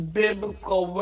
biblical